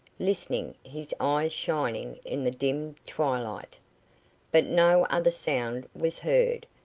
listening, his eyes shining in the dim twilight but no other sound was heard,